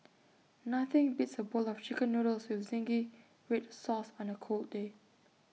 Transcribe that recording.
nothing beats A bowl of Chicken Noodles with Zingy Red Sauce on A cold day